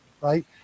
right